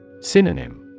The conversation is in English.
Synonym